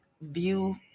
view